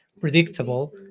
predictable